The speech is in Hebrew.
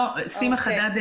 סימה חדד,